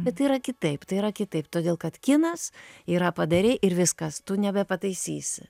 bet yra kitaip tai yra kitaip todėl kad kinas yra padarei ir viskas tu nebepataisysi